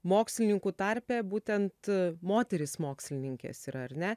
mokslininkų tarpe būtent moterys mokslininkės yra ar ne